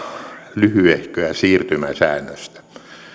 lyhyehköä siirtymäsäännöstä